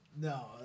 No